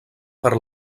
per